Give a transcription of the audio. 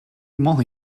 moly